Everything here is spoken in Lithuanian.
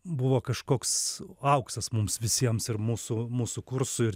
buvo kažkoks auksas mums visiems ir mūsų mūsų kursui ir